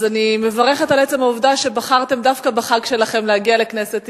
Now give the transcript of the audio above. אני מברכת על עצם העובדה שבחרתם דווקא בחג שלכם להגיע לכנסת ישראל.